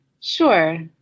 Sure